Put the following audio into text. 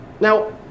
Now